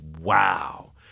Wow